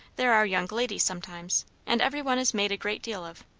there are young ladies, sometimes and every one is made a great deal of.